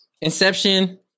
Inception